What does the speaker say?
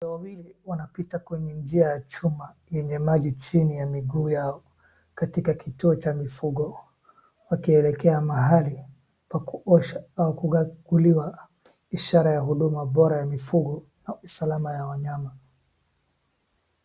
Ng'ombe wawili wanapita kwenye njia ya chuma yenye maji chini ya miguu yao katika kituo cha mifugo wakielekea mahali pa kuosha au kuganguliwa. Ishara ya huduma bora ya mifugo na usalama ya wanyama.